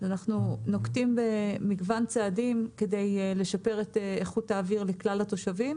אנחנו נוקטים במגוון צעדים כדי לשפר את איכות האוויר לכלל התושבים,